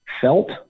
felt